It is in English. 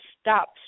stop